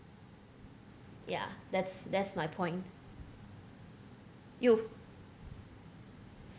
ya that's that's my point you've